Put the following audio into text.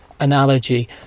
analogy